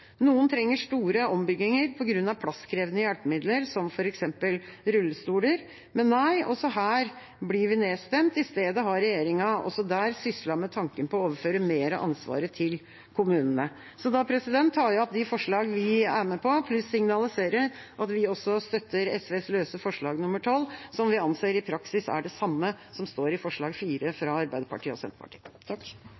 Noen trenger store ombygginger på grunn av plasskrevende hjelpemidler som f.eks. rullestoler, men nei, også her blir vi nedstemt. I stedet har regjeringa også der syslet med tanken på å overføre mer av ansvaret til kommunene. Jeg tar opp de forslagene vi er med på, pluss signaliserer at vi også støtter SVs løse forslag nr. 12, som vi anser i praksis er det samme som står i forslag